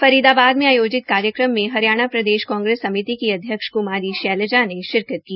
फरीदाबाद में आयोजित कार्यक्रम में हरियाणा प्रदेश कांग्रेस समिति की अध्यक्ष क्मारी शैलजा ने शिरकत की